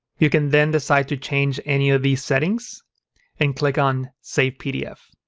you can then decide to change any of these settings and click on save pdf,